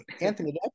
Anthony